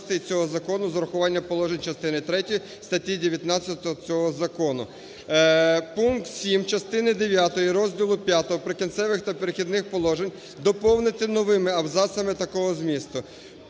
Пункт 7 частини дев'ятої розділу V "Прикінцевих та перехідних положень" доповнити новими абзацами такого змісту.